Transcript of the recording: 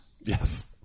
Yes